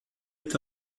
est